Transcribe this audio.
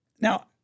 Now